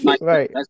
Right